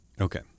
Okay